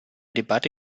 debatte